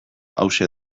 hauxe